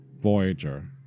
Voyager